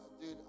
dude